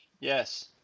yes